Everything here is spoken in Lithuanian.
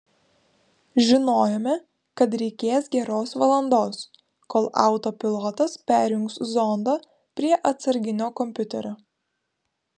žinojome kad reikės geros valandos kol autopilotas perjungs zondą prie atsarginio kompiuterio